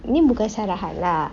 ini bukan syarahan lah